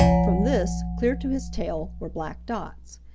from this, clear to his tail, were black dots.